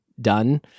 done